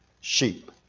sheep